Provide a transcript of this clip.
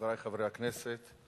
חברי חברי הכנסת,